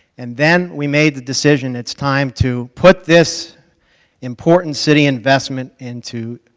and then we made the decision it's time to put this important city investment into